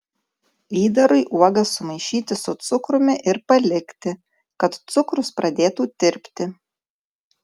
įdarui uogas sumaišyti su cukrumi ir palikti kad cukrus pradėtų tirpti